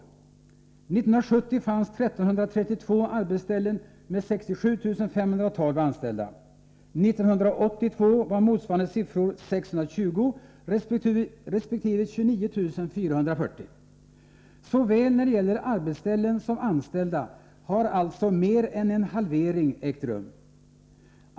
1970 fanns 1 332 arbetstillfällen med 67 512 anställda. 1982 var motsvarande antal 620 resp. 29 440. Såväl när det gäller arbetsställen som anställda har alltså mer än en halvering ägt rum.